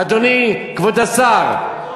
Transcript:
אדוני כבוד השר,